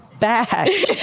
back